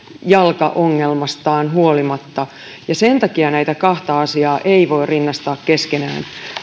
jalkaongelmastaan huolimatta ja sen takia näitä kahta asiaa ei voi rinnastaa keskenään